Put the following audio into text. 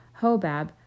Hobab